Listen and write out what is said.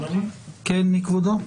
מי כבודו?